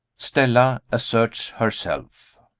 stella asserts herself.